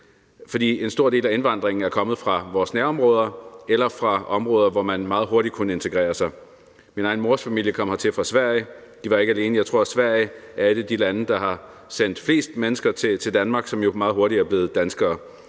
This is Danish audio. fordi en stor del af indvandringen er kommet fra vores nærområder eller fra områder, hvorfra man meget hurtigt kunne integrere sig. Min egen mors familie kom hertil fra Sverige, og de var ikke alene, for jeg tror, at Sverige er et af de lande, der har sendt flest mennesker til Danmark, og de er meget hurtigt blevet danskere.